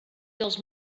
dels